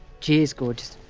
cheers, gorgeous.